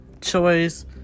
choice